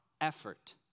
effort